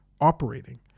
operating